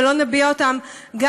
ולא נביע אותן גם